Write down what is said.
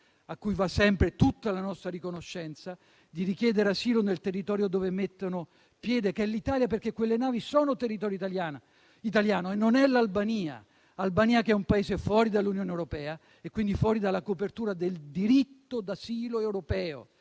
a cui va sempre tutta la nostra riconoscenza, di richiedere asilo nel territorio dove mettono piede, che è l'Italia - perché quelle navi sono territorio italiano - e non l'Albania. Ricordo che l'Albania è un Paese fuori dall'Unione europea e quindi fuori dalla copertura del diritto d'asilo europeo.